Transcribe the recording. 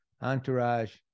entourage